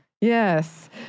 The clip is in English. Yes